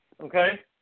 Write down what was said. okay